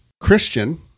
Christian